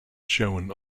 shown